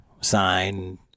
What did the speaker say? sign